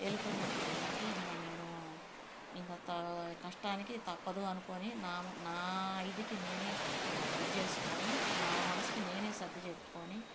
వెళ్ళిపోయిన్నప్పుడు ఏంటంటే ఇక నేను ఇంక తా కష్టానికి తప్పదు అనుకుని నా నా ఇదికి నేనే ఇది చేసుకుని నా మనసుకు నేనే సర్ధి చెప్పుకుని